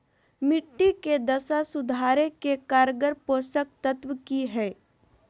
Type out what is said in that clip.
मिट्टी के दशा सुधारे के कारगर पोषक तत्व की है?